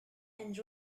and